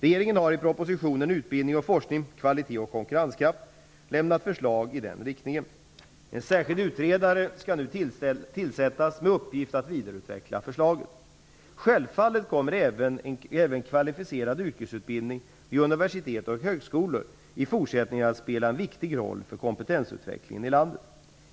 1993/94:177) lämnat förslag i den riktningen. En särskild utredare skall nu tillsättas med uppgift att vidareutveckla förslaget. Självfallet kommer kvalificerad yrkesutbildning vid universitetet och högskolor även i fortsättningen att spela en viktig roll för kompetensutvecklingen i landet.